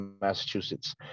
Massachusetts